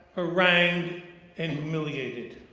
harangued and humiliated.